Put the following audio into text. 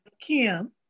Kim